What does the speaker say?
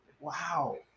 Wow